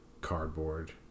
cardboard